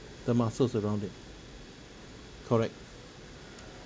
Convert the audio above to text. the muscles around it correct